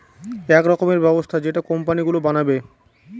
এক রকমের ব্যবস্থা যেটা কোম্পানি গুলো বানাবে